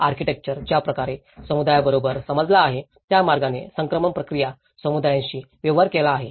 architecture ज्या प्रकारे समुदायाबरोबर समजला आहे त्या मार्गाने संक्रमण प्रक्रिया समुदायांशी व्यवहार केला आहे